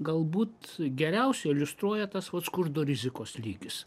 galbūt geriausiai iliustruoja tas vat skurdo rizikos lygis